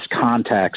context